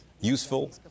useful